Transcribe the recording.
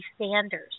Sanders